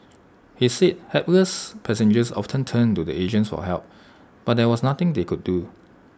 he said hapless passengers often turned to the agents for help but there was nothing they could do